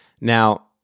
Now